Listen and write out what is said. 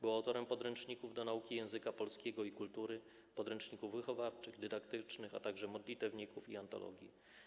Był autorem podręczników do nauki języka polskiego i kultury, podręczników wychowawczych, dydaktycznych, a także modlitewników i antologii.